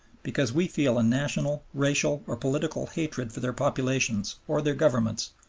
because we feel a national, racial, or political hatred for their populations or their governments,